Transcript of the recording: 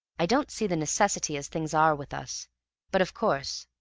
i don't see the necessity as things are with us but, of course,